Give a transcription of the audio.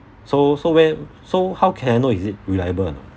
so so where so how can I know is it reliable or not